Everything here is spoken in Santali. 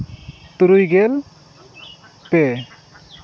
ᱛᱩᱨᱩᱭ ᱜᱮᱞ ᱯᱮ